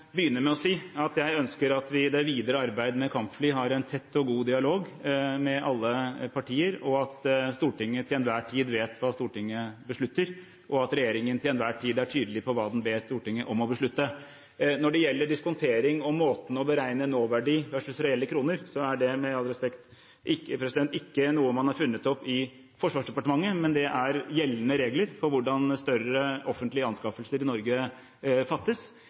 med å si at jeg ønsker at vi i det videre arbeid med kampfly har en tett og god dialog med alle partier, og at Stortinget til enhver tid vet hva Stortinget beslutter, og at regjeringen til enhver tid er tydelig på hva den ber Stortinget om å beslutte. Når det gjelder diskontering og måten å beregne nåverdi versus reelle kroner på, er det, med all respekt, ikke noe man har funnet opp i Forsvarsdepartementet, men det er gjeldende regler for hvordan større offentlige anskaffelser i Norge fattes.